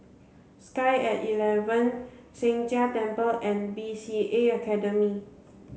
sky at eleven Sheng Jia Temple and B C A Academy